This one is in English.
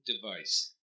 device